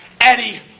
Eddie